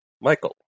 Michael